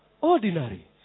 ordinary